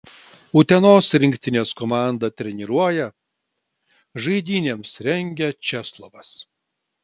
utenos rinktinės komandą treniruoja žaidynėms rengia česlovas